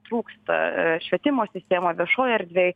trūksta švietimo sistemoj viešoj erdvėj